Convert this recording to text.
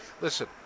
Listen